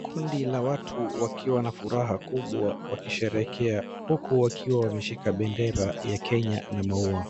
Kundi la watu wakiwa na furaha kubwa wakisherehekea huku wakiwa wameshika bendera ya kenya na maua.